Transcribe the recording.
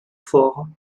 faure